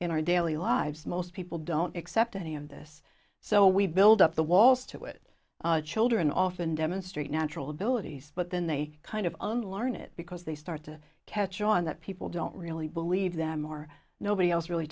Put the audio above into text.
in our daily lives most people don't accept any of this so we build up the walls to it children often demonstrate natural abilities but then they kind of unlearn it because they start to catch on that people don't really believe them or nobody else really